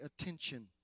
attention